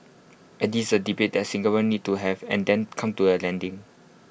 and this is A debate that Singaporeans need to have and then come to A landing